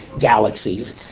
Galaxies